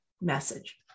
message